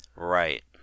Right